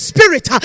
Spirit